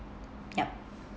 yup